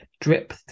drip